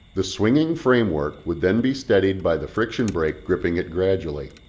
the swinging framework would then be steadied by the friction brake gripping it gradually.